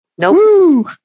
Nope